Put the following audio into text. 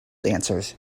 dancers